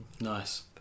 Nice